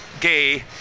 Gay